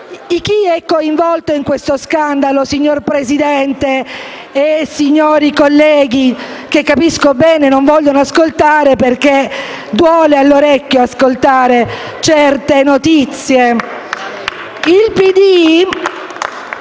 Chi è coinvolto in questo scandalo, signor Presidente, signori colleghi, che capisco bene non volete ascoltare perché duole all'orecchio ascoltare certe notizie?